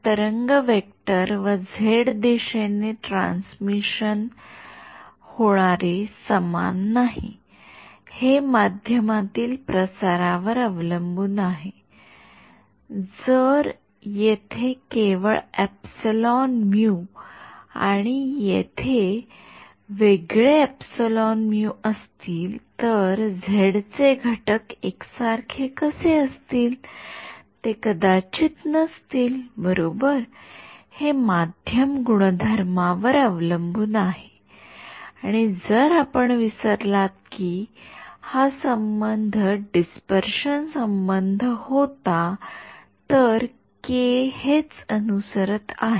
तरंग vector व Z दिशेने होणारे ट्रांसमिशन समान नाही हे माध्यमातील प्रसारावर अवलंबून आहे जर येथे वेगळे एप्सिलॉन म्यू आणि येथे वेगळे एप्सिलॉन म्यू असतील तर झेड चे घटक एकसारखे कसे असतील ते कदाचित नसतील बरोबर हे माध्यम गुणधर्मांवर अवलंबून आहे आणि जर आपण विसरलात की हा संबंध डिस्पर्शन संबंध होता तर के हेच अनुसरत आहे